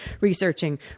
researching